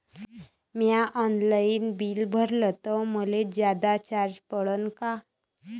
म्या online bill भरलं तर मले जादा चार्ज पडन का?